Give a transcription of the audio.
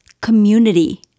community